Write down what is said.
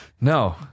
No